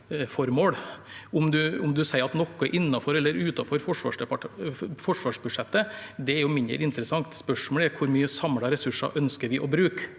er innenfor eller utenfor forsvarsbudsjettet, er jo mindre interessant. Spørsmålet er: Hvor mye samlede ressurser ønsker vi å bruke?